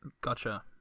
Gotcha